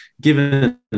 given